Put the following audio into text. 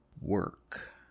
work